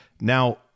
Now